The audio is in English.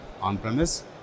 on-premise